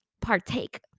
partake